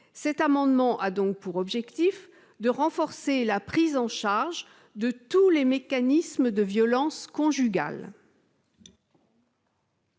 Cet amendement a donc pour objet de renforcer la prise en charge de tous les mécanismes de la violence conjugale.